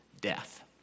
death